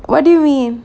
what do you mean